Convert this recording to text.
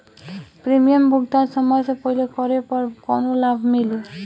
Premium भुगतान समय से पहिले करे पर कौनो लाभ मिली?